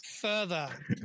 further